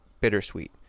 bittersweet